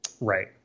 Right